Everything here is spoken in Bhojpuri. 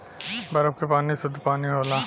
बरफ क पानी सुद्ध पानी होला